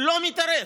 לא מתערב,